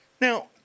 now